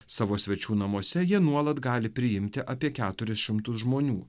savo svečių namuose jie nuolat gali priimti apie keturis šimtus žmonių